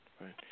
right